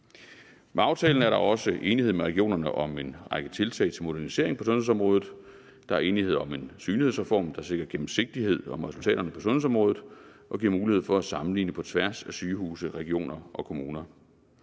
Med aftalen er der også enighed med regionerne om en række tiltag til modernisering på sundhedsområdet. Der er enighed om en synlighedsreform, der sikrer gennemsigtighed om resultaterne på sundshedsområdet og giver mulighed for at sammenligne på tværs af sygehuse, regioner og kommuner.